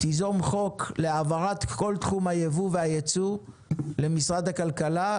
תיזום חוק להעברת כל תחום הייבוא והייצוא למשרד הכלכלה,